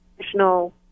additional